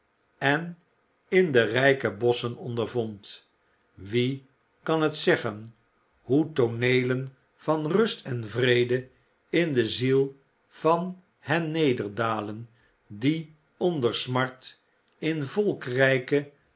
en in de rijke bosschen ondervond wie kan het zeggen hoe tooneelen van rust en vrede in de ziel van hen nederdalen die onder smart in